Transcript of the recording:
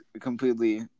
completely